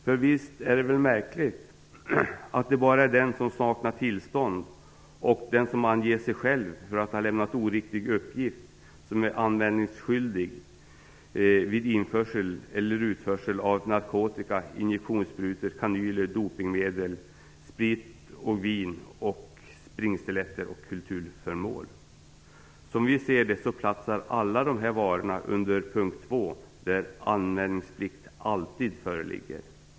För visst är det märkligt att det bara är den som saknar tillstånd och som anger sig själv för att ha lämnat oriktiga uppgifter som är anmälningsskyldig vid in eller utförsel av narkotika, injektionssprutor, kanyler, dopningsmedel, sprit, vin, springstiletter och kulturföremål! Som Miljöpartiet ser det platsar alla dessa varor under punkt 2, där anmälningsplikt alltid föreligger.